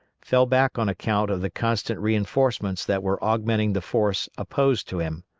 fell back on account of the constant reinforcements that were augmenting the force opposed to him.